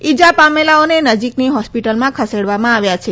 ઇજા પામેલોને નજીકની હોસ્પિટલમાં ખસેડવામાં આવ્યા છે